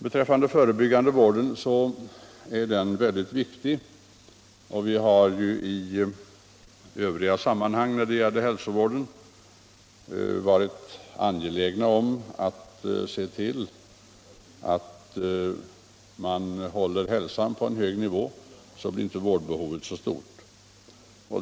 Den förebyggande vården är mycket viktig. Vi har när det gäller hälsovården i övrigt varit angelägna om att se till att man håller hälsan på en hög nivå för att inte vårdbehovet skall bli så stort.